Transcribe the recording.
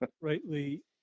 rightly